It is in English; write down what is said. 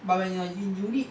but when you are in unit